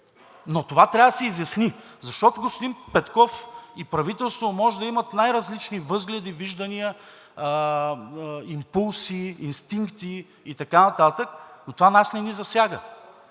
но това трябва да се изясни. Защото господин Петков и правителството може да имат най-различни възгледи, виждания, импулси, инстинкти и така нататък, но това нас не ни засяга.